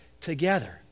together